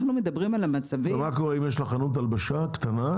מה קורה אם יש לה חנות הלבשה קטנה,